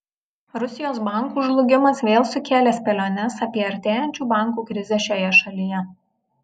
rusijos bankų žlugimas vėl sukėlė spėliones apie artėjančių bankų krizę šioje šalyje